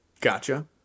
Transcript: Gotcha